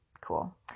cool